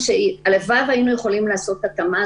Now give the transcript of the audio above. הלוואי שהיינו יכולים לעשות התאמה,